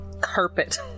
carpet